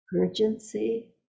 urgency